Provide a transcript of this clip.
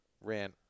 ran